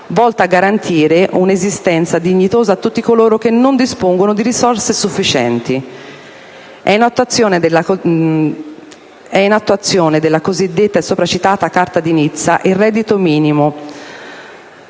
volta a garantire un'esistenza dignitosa a tutti coloro che non dispongono di risorse sufficienti. In attuazione della Carta di Nizza, il reddito minimo